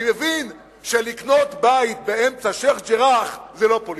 אני מבין שלקנות בית באמצע שיח'-ג'ראח זה לא פוליטי,